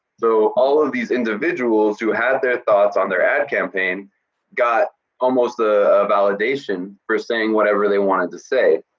so, all of these individuals who had their thoughts on their ad campaign got almost a validation for saying whatever they wanted to say,